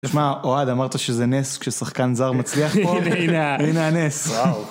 תשמע, אוהד, אמרת שזה נס כששחקן זר מצליח פה. הנה, הנה הנס.